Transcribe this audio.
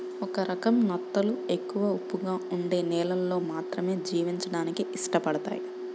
ఒక రకం నత్తలు ఎక్కువ ఉప్పగా ఉండే నీళ్ళల్లో మాత్రమే జీవించడానికి ఇష్టపడతయ్